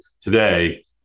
today